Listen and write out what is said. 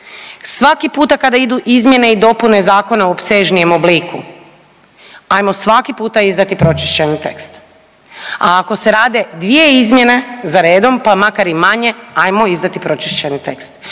Svaki puta kada idu izmjene i dopune zakona u opsežnijem obliku ajmo svaki puta izdati pročišćeni tekst, a ako se rade dvije izmjene za redom pa makar i manje, ajmo izdati pročišćeni tekst